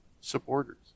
supporters